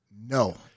No